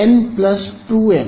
n 2 M